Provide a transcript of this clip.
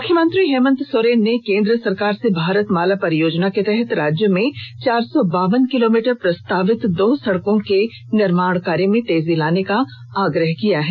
मुख्यमंत्री हेमंत सोरेन ने केंद्र सरकार से भारत माला परियोजना के तहत राज्य में चार सौ बावन किलोमीटर प्रस्तावित दो सड़कों के निर्माण कार्य में तेजी लाने का आग्रह किया है